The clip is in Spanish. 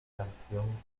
canción